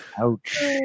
ouch